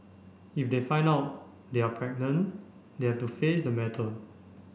if they find out they are pregnant they have to face the matter